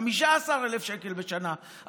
15,000 שקל בשנה.